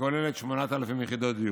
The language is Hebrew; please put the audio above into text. שכוללת 8,000 יחידות דיור,